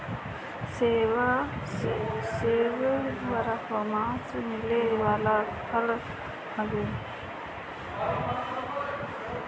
सेब बारहोमास मिले वाला फल हवे